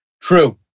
True